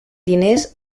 diners